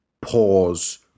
pause